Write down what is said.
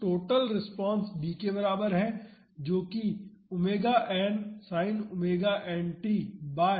तो total response b के बराबर है जो कि ⍵n sin ⍵nt by u0 dot है